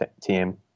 team